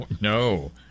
no